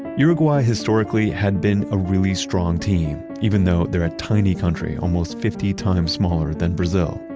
uruguay historically had been a really strong team, even though they're a tiny country, almost fifty times smaller than brazil.